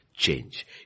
change